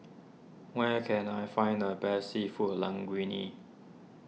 where can I find the best Seafood Linguine